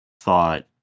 thought